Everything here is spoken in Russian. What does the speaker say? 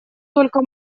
только